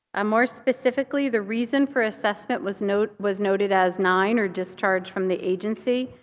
ah more specifically, the reason for assessment was noted was noted as nine, or discharge from the agency.